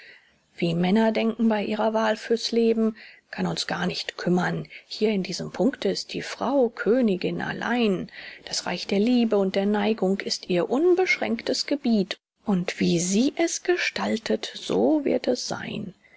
wie männer denken bei ihrer wahl für's leben kann uns gar nicht kümmern hier an diesem punkte ist die frau königin allein das reich der liebe und der neigung ist ihr unbeschränktes gebiet und wie sie es gestaltet so wird es sein